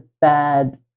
bad